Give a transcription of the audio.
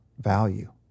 value